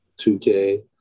2K